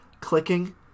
clicking